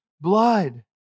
blood